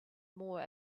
more